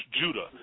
Judah